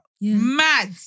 mad